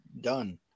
done